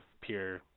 pure